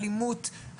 אלימות,